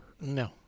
No